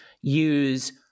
use